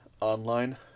online